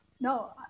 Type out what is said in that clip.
No